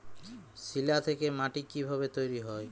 শিলা থেকে মাটি কিভাবে তৈরী হয়?